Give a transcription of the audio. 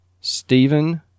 Stephen